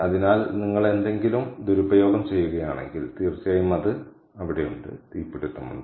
അതിനാൽ നിങ്ങൾ എന്തെങ്കിലും ദുരുപയോഗം ചെയ്യുകയാണെങ്കിൽ തീർച്ചയായും അത് അവിടെയുണ്ട്